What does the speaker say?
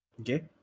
Okay